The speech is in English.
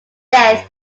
death